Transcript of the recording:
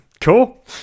cool